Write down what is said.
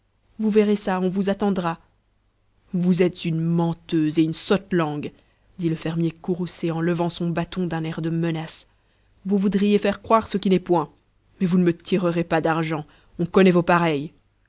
vous verrez ça on vous attendra vous êtes une menteuse et une sotte langue dit le fermier courroucé en levant son bâton d'un air de menace vous voudriez faire croire ce qui n'est point mais vous ne me tirerez pas d'argent on connaît vos pareilles